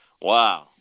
Wow